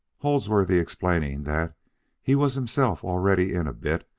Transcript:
holdsworthy explaining that he was himself already in a bit,